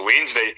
Wednesday